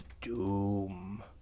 Doom